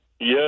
Yes